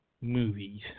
movies